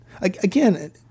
again